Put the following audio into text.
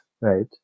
right